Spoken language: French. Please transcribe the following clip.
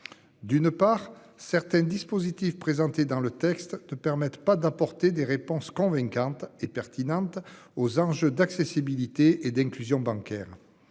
D'une part certains dispositifs présentés dans le texte ne permettent pas d'apporter des réponses convaincantes et pertinente aux enjeux d'accessibilité et d'inclusion bancaire